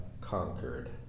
conquered